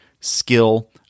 skill